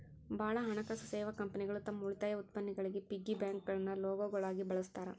ಭಾಳ್ ಹಣಕಾಸು ಸೇವಾ ಕಂಪನಿಗಳು ತಮ್ ಉಳಿತಾಯ ಉತ್ಪನ್ನಗಳಿಗಿ ಪಿಗ್ಗಿ ಬ್ಯಾಂಕ್ಗಳನ್ನ ಲೋಗೋಗಳಾಗಿ ಬಳಸ್ತಾರ